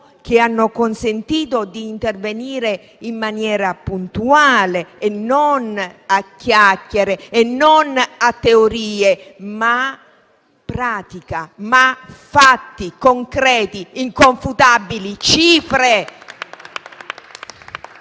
che hanno consentito di intervenire in maniera puntuale e non a chiacchiere, non a teorie, ma in pratica, con fatti concreti e inconfutabili, con